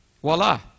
Voila